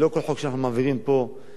לא כל חוק שאנחנו מעבירים פה,